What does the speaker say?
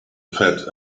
fat